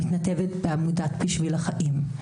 מתנדבת בעמותת בשביל החיים.